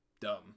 dumb